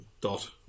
dot